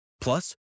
Plus